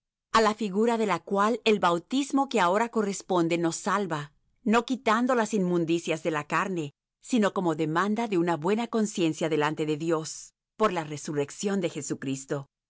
a la figura de la cual el bautismo que ahora corresponde nos salva no quitando las inmundicias de la carne sino como demanda de una buena conciencia delante de dios por la resurrección de jesucristo